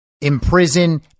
imprison